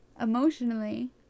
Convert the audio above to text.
emotionally